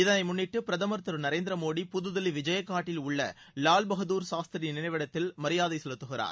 இதனை முன்னிட்டு பிரதமா் திரு நரேந்திர மோடி புதுதில்லி விஜயகாட்டில் உள்ள லால் பகதாா் சாஸ்திரி நினைவிடத்தில் மரியாதை செலுத்துகிறார்